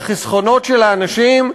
לחסכונות של האנשים,